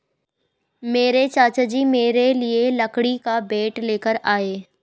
मेरे चाचा जी मेरे लिए लकड़ी का बैट लेकर आए